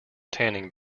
tanning